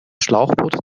schlauchboot